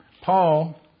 Paul